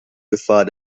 gefahr